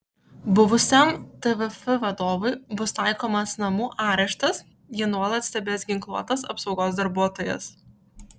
buvusiam tvf vadovui bus taikomas namų areštas jį nuolat stebės ginkluotas apsaugos darbuotojas